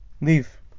leave